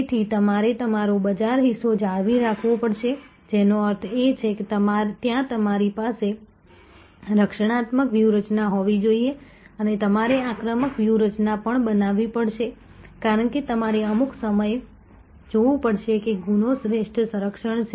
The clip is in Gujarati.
તેથી તમારે તમારો બજાર હિસ્સો જાળવી રાખવો પડશે જેનો અર્થ એ છે કે ત્યાં તમારી પાસે રક્ષણાત્મક વ્યૂહરચના હોવી જોઈએ અને તમારે આક્રમક વ્યૂહરચના પણ બનાવવી પડશે કારણ કે તમારે અમુક સમય જોવું પડશે કે ગુનો શ્રેષ્ઠ સંરક્ષણ છે